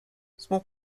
small